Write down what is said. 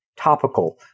topical